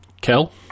Kel